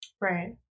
right